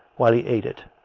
while he ate it,